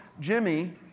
Jimmy